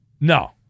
No